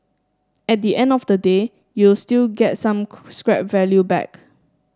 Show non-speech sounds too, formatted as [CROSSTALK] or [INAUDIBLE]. at the end of the day you'll still get some [UNINTELLIGIBLE] scrap value back